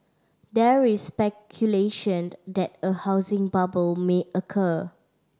there is speculation that a housing bubble may occur